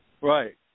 Right